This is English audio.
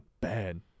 Bad